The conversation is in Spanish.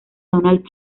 donald